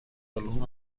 آلبوم